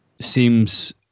seems